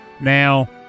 Now